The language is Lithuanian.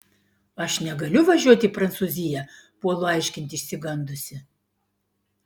aš negaliu važiuoti į prancūziją puolu aiškinti išsigandusi